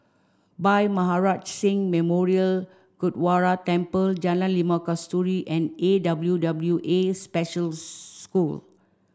Bhai Maharaj Singh Memorial Gurdwara Temple Jalan Limau Kasturi and A W W A Special School